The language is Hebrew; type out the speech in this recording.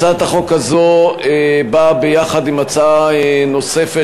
הצעת החוק הזאת באה יחד עם הצעה נוספת,